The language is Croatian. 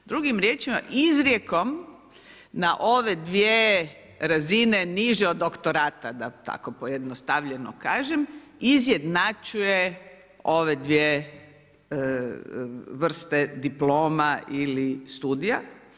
Drugim riječima, izrijekom na ove dvije razine niže od doktorata da tako pojednostavljeno kažem, izjednačuje ove dvije vrste diploma ili studija.